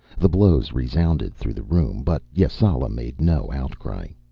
the blows resounded through the room, but yasala made no outcry.